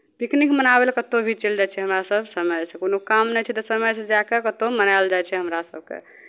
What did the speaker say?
picnic मनाबय लेल कतहु भी चलि जाइ छियै हमरा सभ समयसँ कोनो काम नहि छै तऽ समयसँ जा कऽ कतहु मनायल जाइ छै हमरा सभके